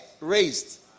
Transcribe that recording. raised